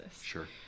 Sure